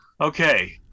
okay